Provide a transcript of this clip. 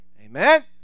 Amen